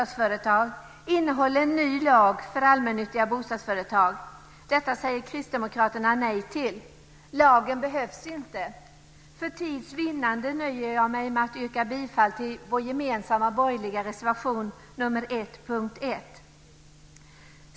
Detta säger Kristdemokraterna nej till. Lagen behövs inte. För tids vinnande nöjer jag mig med att yrka bifall till vår gemensamma borgerliga reservation, nr 1 under punkt 1.